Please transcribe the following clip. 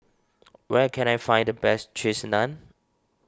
where can I find the best Cheese Naan